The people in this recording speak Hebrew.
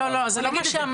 לא, לא, זה לא מה שאמרתי.